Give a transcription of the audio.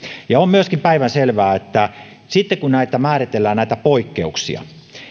on myöskin päivänselvää sitten kun näitä poikkeuksia määritellään